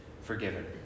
forgiven